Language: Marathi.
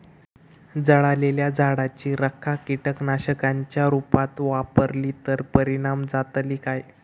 जळालेल्या झाडाची रखा कीटकनाशकांच्या रुपात वापरली तर परिणाम जातली काय?